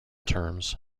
terms